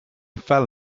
fell